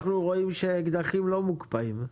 עכשיו אנחנו רואים שאקדחים לא מוקפאים.